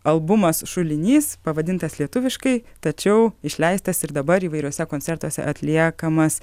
albumas šulinys pavadintas lietuviškai tačiau išleistas ir dabar įvairiuose koncertuose atliekamas